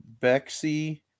Bexy